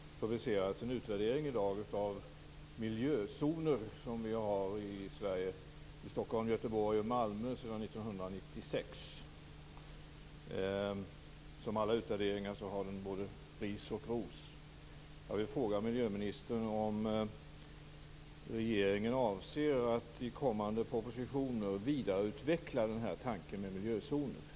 Fru talman! Enligt uppgift publiceras en utvärdering i dag av miljözoner som vi har i Sverige, i Stockholm, Göteborg och Malmö, sedan 1996 och som i utvärderingen får både ris och ros. Jag vill fråga miljöministern om regeringen avser att i kommande propositioner vidareutveckla tanken med miljözoner.